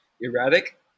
erratic